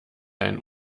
ein